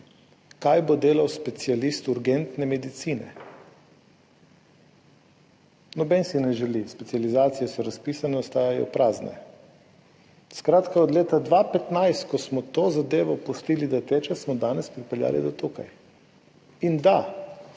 kaj bo delal specialist urgentne medicine. Noben si ne želi, specializacije so razpisane, ostajajo prazne. Skratka, od leta 2015, ko smo to zadevo pustili, da teče, smo danes pripeljali do tukaj. In, da,